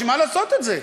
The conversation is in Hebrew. בשביל מה לעשות את זה?